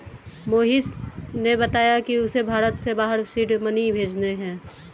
मोहिश ने बताया कि उसे भारत से बाहर सीड मनी भेजने हैं